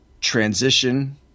transition